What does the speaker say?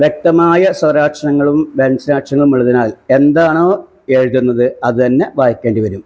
വ്യക്തമായ സ്വരാക്ഷരങ്ങളും വ്യഞ്ചനാക്ഷരങ്ങളുമുള്ളതിനാൽ എന്താണോ എഴുതുന്നത് അതു തന്നെ വായിക്കേണ്ടി വരും